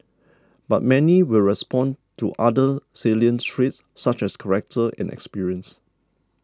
but many will respond to other salient traits such as character and experience